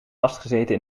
vastgezeten